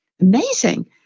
amazing